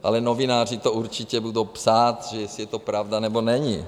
Ale novináři to určitě budou psát, jestli je to pravda, nebo není.